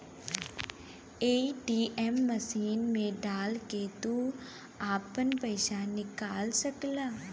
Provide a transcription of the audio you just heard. ATM machine मे डाल के तू आपन पइसा निकाल सकला